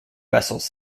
vessels